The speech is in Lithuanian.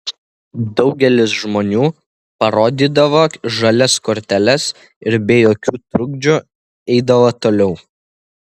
daugelis žmonių parodydavo žalias korteles ir be jokių trukdžių eidavo toliau